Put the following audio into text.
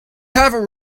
haven’t